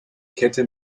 kette